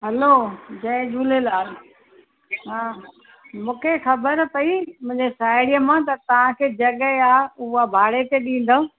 हलो जय झूलेलाल मूंखे ख़बर पई मुंहिंजी साहेड़ीअ मां त तव्हां खे जॻहि आहे उहा भाड़े ते ॾींदव